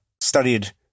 studied